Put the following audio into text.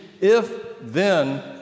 if-then